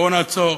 בואו נעצור.